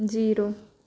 zero